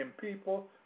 people